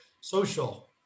social